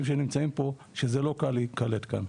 שנמצאים פה שזה לא קל להיקלט כאן,